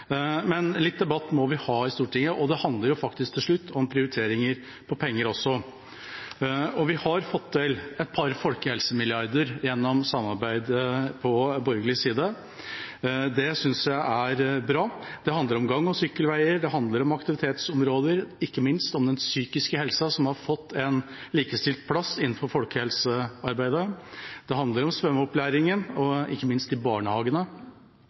men litt debatt må vi ha i Stortinget, og det handler faktisk til slutt om prioriteringer av penger også. Vi har fått til et par folkehelsemilliarder gjennom samarbeidet på borgerlig side. Det synes jeg er bra. Det handler om gang- og sykkelveier, det handler om aktivitetsområder, ikke minst om den psykiske helsa, som har fått en likestilt plass innenfor folkehelsearbeidet, og det handler om svømmeopplæringen, ikke minst i barnehagene.